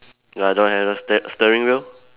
ya I don't have the steer~ steering wheel